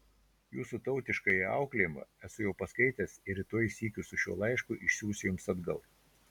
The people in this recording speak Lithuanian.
jūsų tautiškąjį auklėjimą esu jau paskaitęs ir rytoj sykiu su šiuo laišku išsiųsiu jums atgal